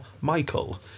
Michael